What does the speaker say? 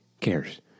cares